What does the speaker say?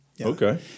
Okay